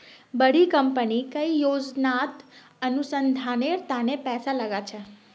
बड़ी कंपनी कई परियोजनात अनुसंधानेर तने पैसा लाग छेक